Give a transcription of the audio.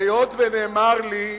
אדוני היושב-ראש, היות שנאמר לי,